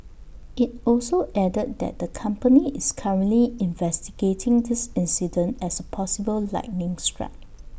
IT also added that the company is currently investigating this incident as possible lightning strike